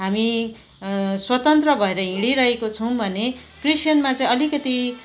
हामी स्वतन्त्र भएर हिडिरहेको छौँ भने क्रिस्चियनमा चाहिँ अलिकिति